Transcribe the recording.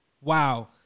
wow